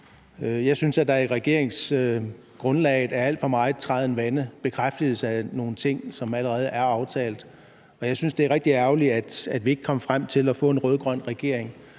Jeg synes, at der i regeringsgrundlaget er alt for meget træden vande, en bekræftelse af nogle ting, som allerede er aftalt, og jeg synes, det er rigtig ærgerligt, at vi ikke kom frem til at få en rød-grøn regering.